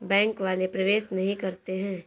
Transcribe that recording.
Bank वाले प्रवेश नहीं करते हैं?